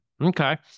Okay